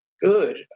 good